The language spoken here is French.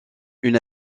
une